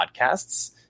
podcasts